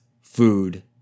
food